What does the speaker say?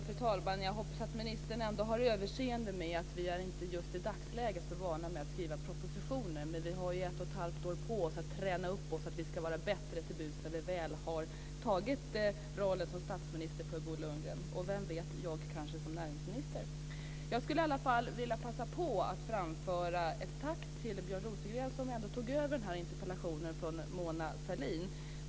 Fru talman! Jag hoppas att ministern ändå har överseende med att vi i dagsläget inte är så vana med att skriva propositioner. Men vi har ett och ett halvt år på oss att träna upp oss så att vi ska vara bättre när Bo Lundgren väl har tagit rollen som statsminister och vem vet jag kanske som näringsminister. Jag skulle i alla fall passa på att framföra ett tack till Björn Rosengren som tog över interpellationen från Mona Sahlin.